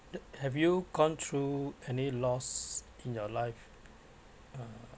have you gone through any loss in your life